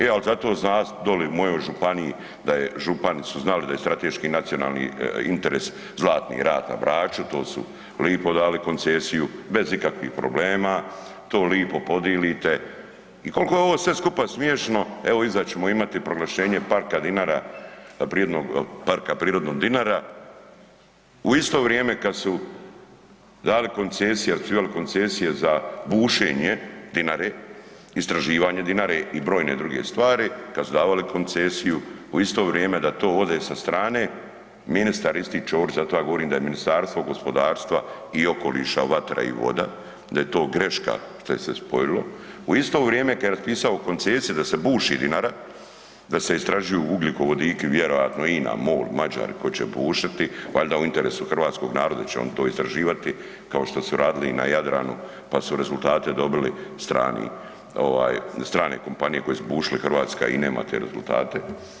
E al zato zna doli u mojoj županiji, župani su znali da je strateški nacionalni interes Zlatni rat na Braču, to su lipo dali koncesiju, bez ikakvih problema, to lipo podilite i koliko je ovo sve skupa smiješno, evo, iza ćemo imati proglašenja parka Dinara, prirodnog parka prirodnog Dinara u isto vrijeme kad su dali koncesije, ... koncesije za bušenje Dinare, istraživanje Dinare i brojne druge stvari kad su davali koncesiju u isto vrijeme da to ode sa strane, ministar isti, Ćorić, zato ja govorim da je Ministarstvo gospodarstva i okoliša vatra i voda, da je to greška što je se spojilo, u isto vrijeme kad je raspisao koncesiju da se buši Dinara, da se istražuju ugljikovodiki vjerojatno INA MOL, Mađari koji će bušiti, valjda u interesu hrvatskog naroda će oni to istraživati, kao što su radili na Jadranu pa su rezultate dobili strani ovaj strane kompanije koje su bušile, Hrvatska i nema te rezultate.